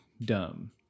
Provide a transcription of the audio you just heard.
dumb